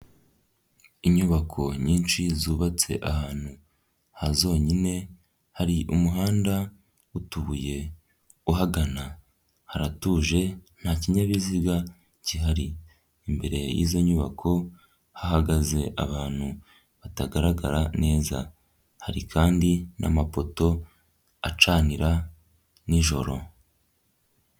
Inyubako nyinshi zubatse ahantu ha zonyine hari umuhanda, utubuye uhagana haratuje nta kinyabiziga gihari, imbere y'izo nyubako hagaze abantu batagaragara neza, hari kandi n'amapoto acanira nijoro..